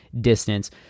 distance